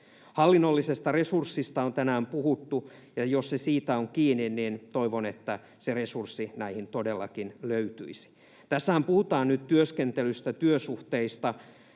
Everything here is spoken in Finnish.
Hallinnollisesta resurssista on tänään puhuttu, ja jos se siitä on kiinni, niin toivon, että se resurssi näihin todellakin löytyisi. Tässähän puhutaan nyt työskentelystä, työsuhteista.